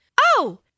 Oh